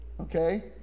Okay